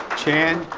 chan?